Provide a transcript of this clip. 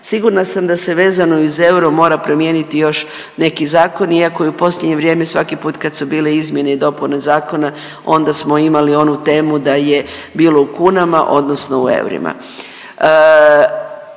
Sigurna sam da se vezano i uz euro mora promijeniti još neki zakoni iako i u posljednje vrijeme svaki put kad su bile izmjene i dopune zakona onda smo imali onu temu da je bilo u kunama odnosno u eurima.